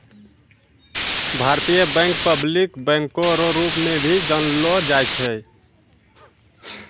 भारतीय bank public बैंको रो रूप मे भी जानलो जाय छै